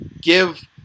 give